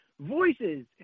voices